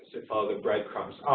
ah the breadcrumbs.